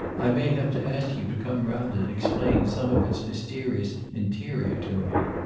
i may have to ask you to come round and explain some of its mysterious interior to me.